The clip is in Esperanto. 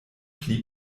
pli